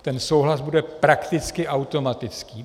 Ten souhlas bude prakticky automatický.